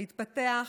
להתפתח,